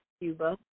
Cuba